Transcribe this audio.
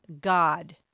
God